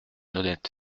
honnête